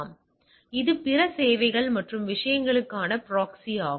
எனவே இது பிற சேவைகள் மற்றும் விஷயங்களுக்கான ப்ராக்ஸி ஆகும்